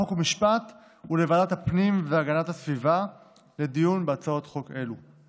חוק ומשפט ולוועדת הפנים והגנת הסביבה לדיון בהצעות חוק אלו.